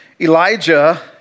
Elijah